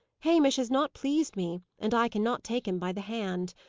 hamish has not pleased me, and i cannot take him by the hand.